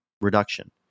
reduction